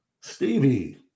Stevie